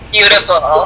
Beautiful